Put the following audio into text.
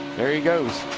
there he goes.